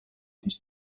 ist